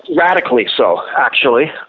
radically so actually.